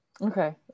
okay